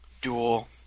Dual